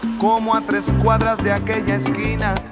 com want this. why does that guy gain